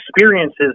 experiences